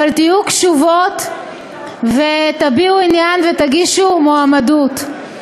אבל תהיו קשובות ותביעו עניין ותגישו מועמדות.